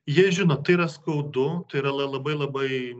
jie žino tai yra skaudu tai yra la labai labai